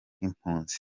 nk’impunzi